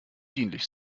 dienlich